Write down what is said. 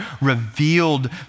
revealed